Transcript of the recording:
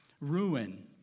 ruin